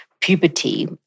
puberty